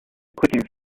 clicking